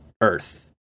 earth